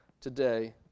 today